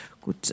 Gut